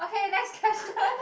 okay next question